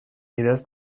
bidez